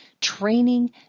training